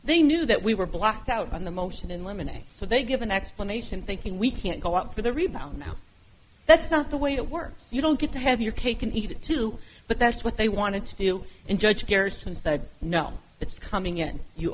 they knew that we were blocked out on the motion in limine a so they give an explanation thinking we can't go out for the rebound now that's not the way it works you don't get to have your cake and eat it too but that's what they wanted to do and judge harrison said no it's coming in you